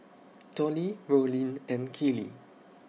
Tollie Rollin and Keely